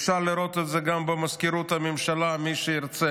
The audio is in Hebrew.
אפשר לראות את זה גם במזכירות הממשלה, מי שירצה.